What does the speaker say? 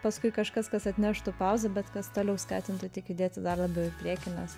paskui kažkas kas atneštų pauzę bet kas toliau skatintų tik judėti dar labiau į priekį nes